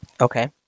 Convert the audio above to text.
Okay